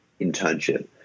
internship